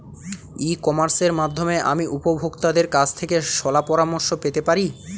ই কমার্সের মাধ্যমে আমি উপভোগতাদের কাছ থেকে শলাপরামর্শ পেতে পারি?